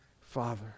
Father